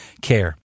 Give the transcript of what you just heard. care